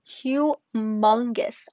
humongous